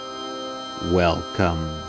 Welcome